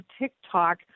TikTok